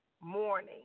morning